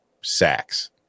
Sacks